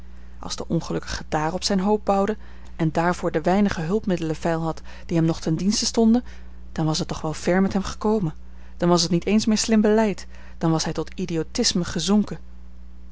als de ongelukkige daarop zijne hoop bouwde en daarvoor de weinige hulpmiddelen veil had die hem nog ten dienste stonden dan was het toch wel ver met hem gekomen dan was het niet eens meer slim beleid dan was hij tot idiotisme gezonken